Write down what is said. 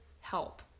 help